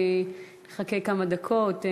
נחכה כמה דקות,